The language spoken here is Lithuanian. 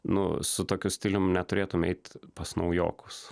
nu su tokiu stiliumi neturėtum eit pas naujokus